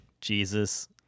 Jesus